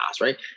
right